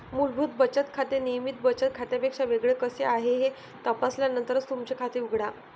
मूलभूत बचत खाते नियमित बचत खात्यापेक्षा वेगळे कसे आहे हे तपासल्यानंतरच तुमचे खाते उघडा